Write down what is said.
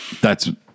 That's-